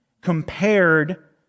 compared